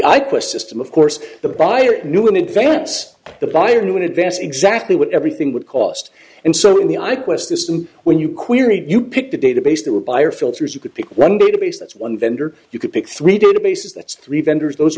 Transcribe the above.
quit system of course the buyer knew in advance the buyer knew in advance exactly what everything would cost and certainly i quest this him when you queried you pick the database they were buyer filters you could pick one database that's one vendor you could pick three databases that's three vendors those